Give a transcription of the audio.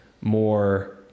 more